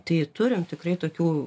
tai turim tikrai tokių